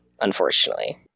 unfortunately